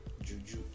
juju